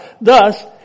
Thus